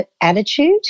attitude